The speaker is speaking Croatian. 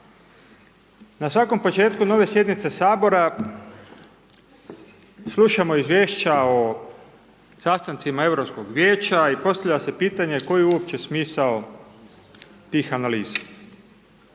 na svakom početku nove sjednice Sabora, slušamo izvješća o sastancima Europskom vijeća, i postavlja se pitanje koji je uopće smisao tih analiza.